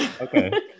okay